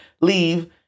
leave